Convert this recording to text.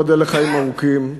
ייבדל לחיים ארוכים,